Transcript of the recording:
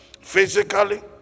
physically